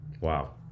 Wow